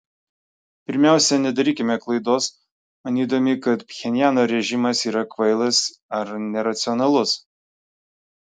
pirmiausia nedarykime klaidos manydami kad pchenjano režimas yra kvailas ar neracionalus